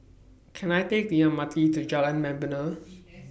Can I Take The M R T to Jalan Membina